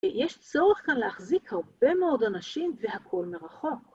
ויש צורך כאן להחזיק הרבה מאוד אנשים והכול מרחוק.